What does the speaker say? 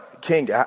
king